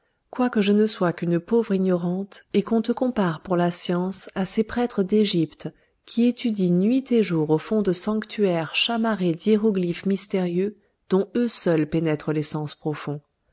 quoique je ne sois qu'une pauvre ignorante et qu'on te compare pour la science à ces prêtres d'égypte qui étudient nuit et jour au fond de sanctuaires chamarrés d'hiéroglyphes mystérieux dont eux seuls pénètrent les sens profonds